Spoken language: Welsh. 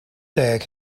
deg